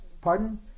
Pardon